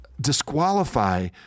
disqualify